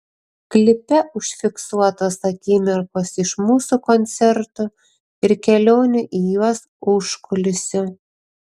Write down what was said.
klipe užfiksuotos akimirkos iš mūsų koncertų ir kelionių į juos užkulisių